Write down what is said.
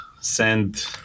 send